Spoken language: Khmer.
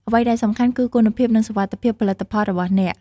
អ្វីដែលសំខាន់ គឺគុណភាព និងសុវត្ថិភាពផលិតផលរបស់អ្នក។